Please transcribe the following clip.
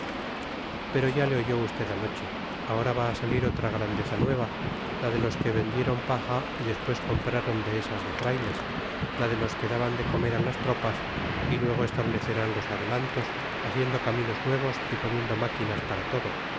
pero ya le oyó usted anoche ahora va a salir otra grandeza nueva la de los que vendieron paja y después compraron dehesas de frailes la de los que daban de comer a las tropas y luego establecerán los adelantos haciendo caminos nuevos y poniendo máquinas para todo